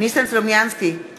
ניסן סלומינסקי, בעד